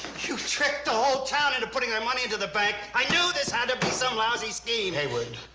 you tricked the whole town into putting their money into the bank. i knew this had to be some lousy scheme. heywood,